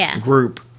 group